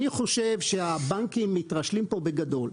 אני חושב שהבנקים מתרשלים כאן בגדול,